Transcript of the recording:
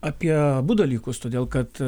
apie abu dalykus todėl kad